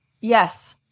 Yes